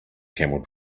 camel